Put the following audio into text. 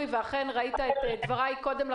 וכמו שאמרתי,